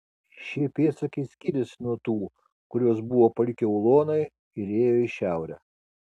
šie pėdsakai skyrėsi nuo tų kuriuos buvo palikę ulonai ir ėjo į šiaurę